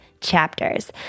chapters